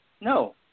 No